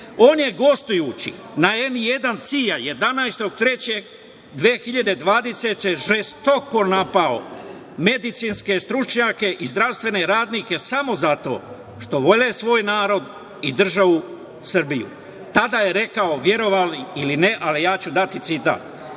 On je gostujući na „N1 CIA“, 11. marta 2020. godine žestoko napao medicinske stručnjake i zdravstvene radnike samo zato što vole svoj narod i državu Srbiju. Tada je rekao, verovali ili ne, ali ja ću dati citat: